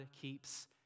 keeps